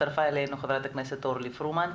הצטרפה אלינו ח"כ אורלי פרומן.